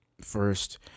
first